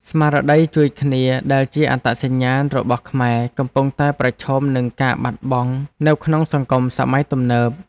ស្មារតីជួយគ្នាដែលជាអត្តសញ្ញាណរបស់ខ្មែរកំពុងតែប្រឈមនឹងការបាត់បង់នៅក្នុងសង្គមសម័យទំនើប។